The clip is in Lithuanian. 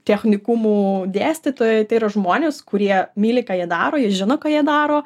technikumų dėstytojai tai yra žmonės kurie myli ką jie daro jis žino ką jie daro